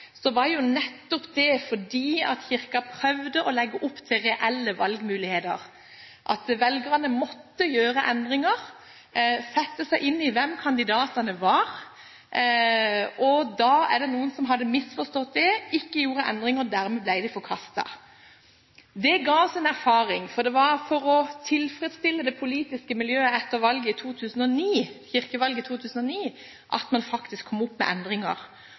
det var nettopp fordi Kirken prøvde å legge opp til at man skulle ha reelle valgmuligheter, at velgerne måtte gjøre endringer og sette seg inn i hvem kandidatene var. Da var det noen som hadde misforstått det, som ikke hadde gjort endringer, og dermed ble stemmene forkastet. Det ga oss en erfaring, for det var for å tilfredsstille det politiske miljøet etter kirkevalget i 2009 at man faktisk kom opp med endringer,